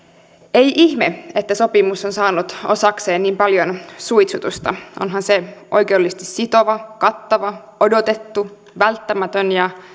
ei ihme että sopimus on saanut osakseen niin paljon suitsutusta onhan se oikeudellisesti sitova kattava odotettu välttämätön ja